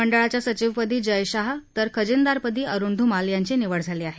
मंडळाच्या सचिवपदी जय शाह तर खजिनदारपदी अरुण धुमाल यांची निवड झाली आहे